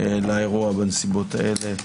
לאירוע בנסיבות אלה.